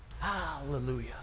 Hallelujah